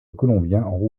colombien